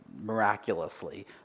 miraculously